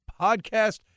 podcast